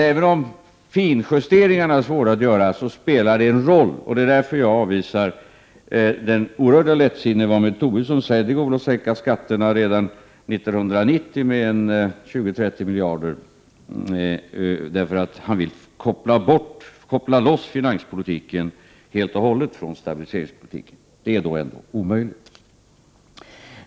Även om finjusteringarna är svåra att göra så spelar de en roll, och det är därför jag avvisar det oerhörda lättsinne varmed Lars Tobisson säger att det går att sänka skatterna redan 1990 med 20-30 miljarder. Han vill helt och hållet koppla bort finanspolitiken från stabiliseringspolitiken. Det är omöjligt.